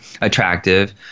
attractive